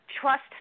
trust